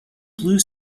blue